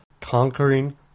conquering